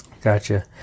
gotcha